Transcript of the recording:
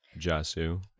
Jasu